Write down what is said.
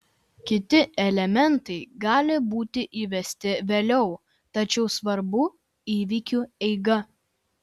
kiti elementai gali būti įvesti vėliau tačiau svarbu įvykių eiga